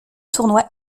tournoi